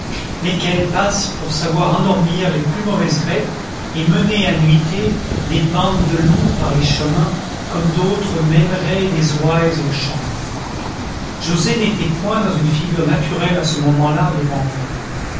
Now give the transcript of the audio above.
lesquels passent pour savoir endormir les plus mauvaises bêtes et mener à nuitée des bandes de loups par les chemins comme d'autres mèneraient des ouailles aux champs joset n'était point dans une figure naturelle à ce moment-là devant moi